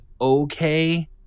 okay